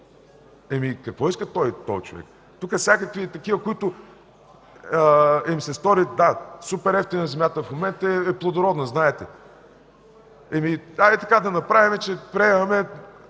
Какво иска този човек? Тук всякакви такива, на които им се стори, супер евтина е земята в момента, и плодородна, знаете. Хайде така да направим, че приемаме!